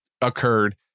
occurred